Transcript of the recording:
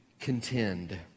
contend